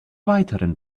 weiteren